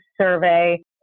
survey